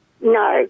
no